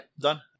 done